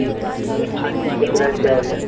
ठीक क्या उसकी प्राइस क्या होगी